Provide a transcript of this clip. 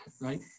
right